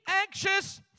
anxious